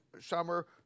summer